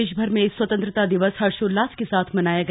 प्रदेशभर में स्वतंत्रता दिवस हर्षोल्लास के साथ मनाया गया